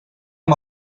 amb